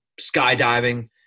skydiving